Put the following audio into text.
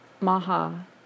Maha